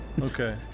Okay